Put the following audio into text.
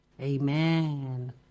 Amen